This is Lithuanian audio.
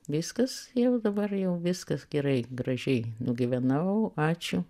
viskas jau dabar jau viskas gerai gražiai nugyvenau ačiū